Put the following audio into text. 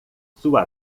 sua